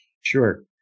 Sure